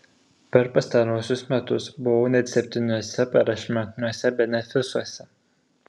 per pastaruosius metus buvau net septyniuose prašmatniuose benefisuose